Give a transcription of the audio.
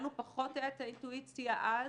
לנו פחות הייתה את האינטואיציה אז